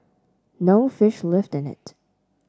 no fish lived in it